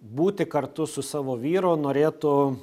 būti kartu su savo vyru norėtų